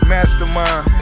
Mastermind